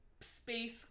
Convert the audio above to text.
space